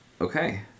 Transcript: Okay